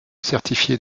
certifié